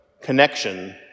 connection